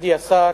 מכובדי השר,